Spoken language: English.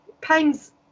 pain's